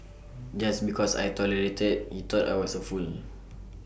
just because I tolerated he thought I was A fool